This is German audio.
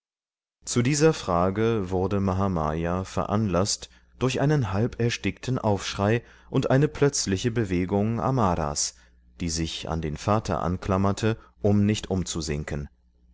zu dieser frage wurde mahamaya veranlaßt durch einen halberstickten aufschrei und eine plötzliche bewegung amaras die sich an den vater anklammerte um nicht umzusinken